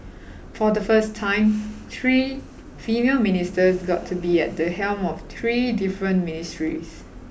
for the first time three female ministers got to be at the helm of three different ministries